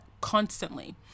constantly